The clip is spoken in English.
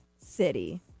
city